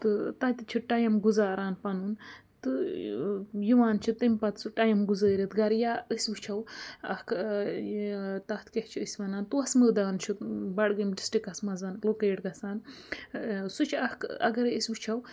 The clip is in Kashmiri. تہٕ تَتہِ چھِ ٹایِم گُزاران پَنُن تہٕ یِوان چھِ تمہِ پَتہٕ سُہ ٹایِم گُزٲرِتھ گَرٕ یا أسۍ وٕچھو اَکھ یہِ تَتھ کیٛاہ چھِ أسۍ وَنان توسہٕ مٲدان چھُ بَڈگٲمۍ ڈِسٹِرٛکَس منٛز لوکیٹ گژھان سُہ چھُ اَکھ اَگر أسۍ وٕچھو